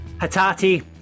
Hatati